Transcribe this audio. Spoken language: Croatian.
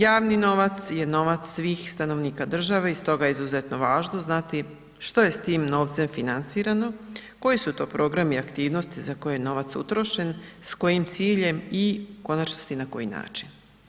Javni novac je novac svih stanovnika države i stoga je izuzetno važno znati što je s tim novce financirano, koji su to programi aktivnosti za koje je novac utrošen, s kojim ciljem i u konačnosti, na koji način.